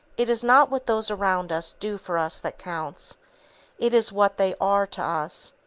it is not what those around us do for us that counts it is what they are to us.